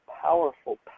powerful